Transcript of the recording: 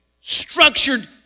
structured